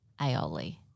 aioli